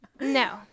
No